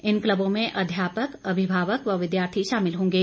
इन क्लबों में अध्यापक अभिभावक व विद्यार्थी शामिल होंगे